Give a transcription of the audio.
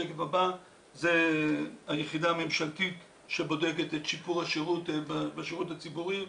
זה היחידה הממשלתית שבודקת את שיפור השירות בשירות הציבורי.